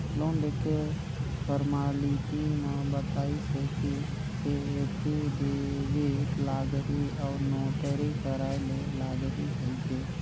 loan लेके formality म बताइस हे कि एफीडेबिड लागही अउ नोटरी कराय ले लागही कहिके